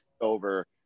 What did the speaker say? over